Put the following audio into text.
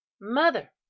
mother